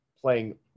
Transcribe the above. playing